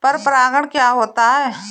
पर परागण क्या होता है?